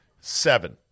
seven